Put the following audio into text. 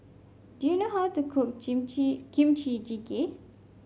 do you know how to cook Kimchi Jjigae